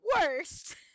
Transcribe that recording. worst